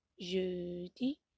jeudi